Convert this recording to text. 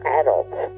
adults